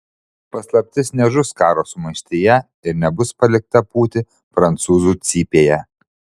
paslaptis nežus karo sumaištyje ir nebus palikta pūti prancūzų cypėje